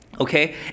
okay